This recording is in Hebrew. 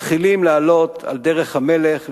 מתחילים לעלות על דרך המלך,